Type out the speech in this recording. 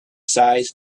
size